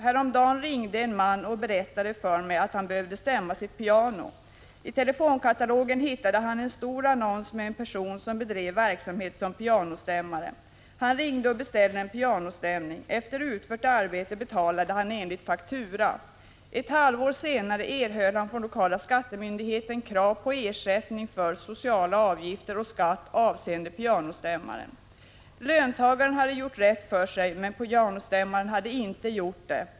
Häromdagen ringde en man och berättade för mig att han hade behövt stämma sitt piano. I telefonkatalogen hittade han en stor annons om en person, som bedrev verksamhet som pianostämmare. Han ringde till personen och beställde en pianostämning. Efter utfört arbete betalade han enligt faktura. Ett halvår senare erhöll han från den lokala skattemyndigheten krav på ersättning för sociala avgifter och skatt avseende pianostämmaren. Löntagaren hade gjort rätt för sig, men pianostämmaren hade inte gjort det.